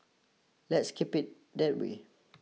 let's keep it that way